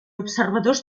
observadors